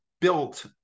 built